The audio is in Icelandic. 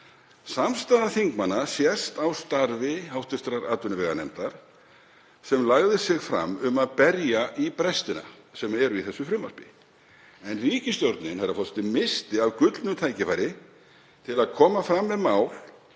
Samstaða þingmanna sést á starfi hv. atvinnuveganefndar sem lagði sig fram um að berja í brestina sem eru í þessu frumvarpi. En ríkisstjórnin missti af gullnu tækifæri til að koma fram með mál